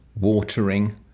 watering